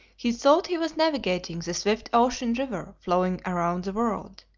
he thought he was navigating the swift ocean river flowing around the world.